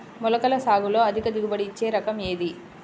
మొలకల సాగులో అధిక దిగుబడి ఇచ్చే రకం ఏది?